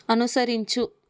అనుసరించు